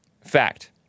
Fact